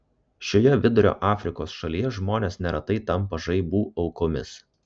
šioje vidurio afrikos šalyje žmonės neretai tampa žaibų aukomis